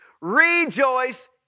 rejoice